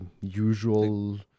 usual